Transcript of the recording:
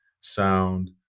Sound